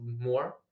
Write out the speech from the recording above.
more